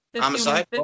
Homicide